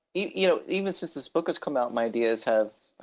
you you know even since this book has come up my ideas have